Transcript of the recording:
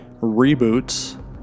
reboots